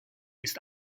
ist